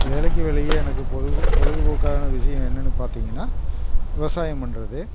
வேலைக்கு வெளியே எனக்கு பொழுதுபோக்கான விஷயம் என்னன்னு பார்த்திங்கன்னா விவசாயம் பண்ணுறது